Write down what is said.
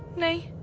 no.